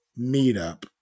meetup